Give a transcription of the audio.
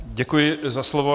Děkuji za slovo.